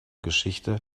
geschichte